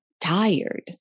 tired